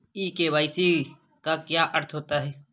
ई KYC का क्या अर्थ होता है?